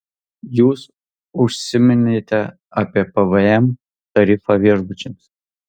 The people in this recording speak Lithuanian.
jūs užsiminėte apie pvm tarifą viešbučiams